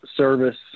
service